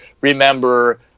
remember